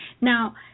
Now